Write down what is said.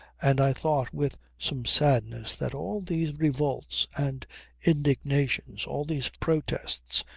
and i thought with some sadness that all these revolts and indignations, all these protests,